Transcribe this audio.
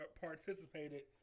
participated